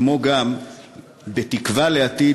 כמו גם בתקווה לעתיד,